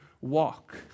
walk